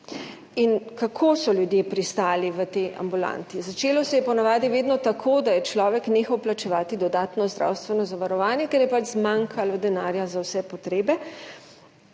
In kako so ljudje pristali v tej ambulanti? Začelo se je po navadi vedno tako, da je človek nehal plačevati dodatno zdravstveno zavarovanje, ker je pač zmanjkalo denarja za vse potrebe,